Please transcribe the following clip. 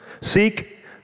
Seek